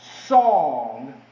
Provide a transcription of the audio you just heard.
song